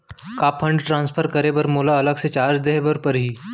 का fund transfer करे बर मोला अलग से चार्ज देहे बर परही?